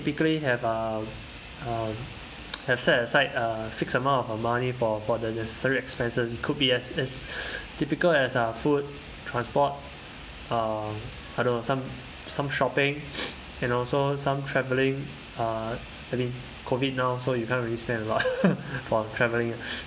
quickly have uh uh have set aside a fixed amount of money for for the necessary expenses could be as is typical as uh food transport uh I don't know some some shopping and also some travelling uh I mean COVID now so you can't really spend a lot for travelling ah